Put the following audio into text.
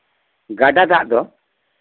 ᱜᱟᱰᱟ ᱫᱟᱜ ᱫᱚ